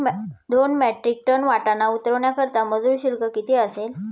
दोन metric tonne वाटाणा उतरवण्याकरता मजूर शुल्क किती असेल?